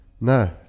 No